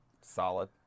Solid